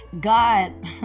God